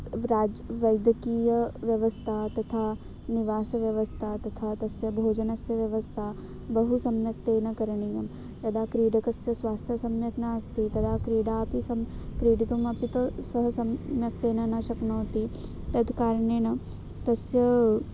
व्राज् वैद्यकीया व्यवस्था तथा निवासव्यवस्था तथा तस्य भोजनस्य व्यवस्था बहु सम्यक्तेन करणीयं यदा क्रीडकस्य स्वास्थ्यं सम्यक् नास्ति तदा क्रीडापि सः क्रीडितुमपि तु सः सम्यक्तेन शक्नोति तत् कारणेन तस्य